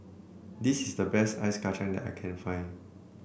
this is the best Ice Kachang that I can find